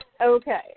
okay